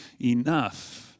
enough